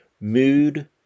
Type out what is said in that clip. mood